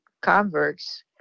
converts